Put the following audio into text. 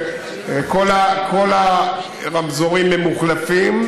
כל הרמזורים ממוחלפים,